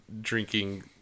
drinking